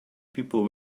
people